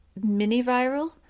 mini-viral